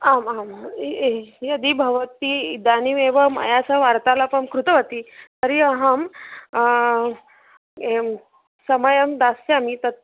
आम् आं यदि भवती इदानीमेव मया सह वार्तालापं कृतवती तर्हि अहम् एवं समयं दास्यामि तत्